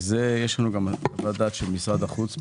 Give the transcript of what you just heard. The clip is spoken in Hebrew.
יש לנו גם חוות דעת של משרד החוץ.